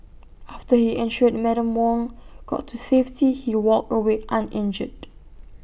after he ensured Madam Wong got to safety he walked away uninjured